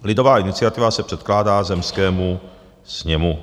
Lidová iniciativa se předkládá zemskému sněmu.